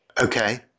Okay